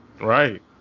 Right